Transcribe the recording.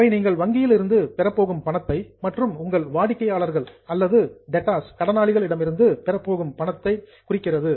அவை நீங்கள் வங்கியில் இருந்து பெறப்போகும் பணத்தை மற்றும் உங்கள் வாடிக்கையாளர்கள் அல்லது டெட்டார்ஸ் கடனாளிகள் இடமிருந்து பெறப்போகும் பணத்தை ரெப்ரசென்ட் குறிக்கிறது